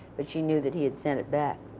but she knew that he had sent it back.